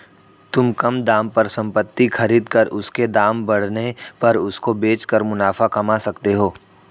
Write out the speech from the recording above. तुम कम दाम पर संपत्ति खरीद कर उसके दाम बढ़ने पर उसको बेच कर मुनाफा कमा सकते हो